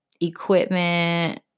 equipment